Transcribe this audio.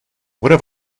what